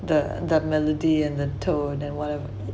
the the melody and the tone and whatever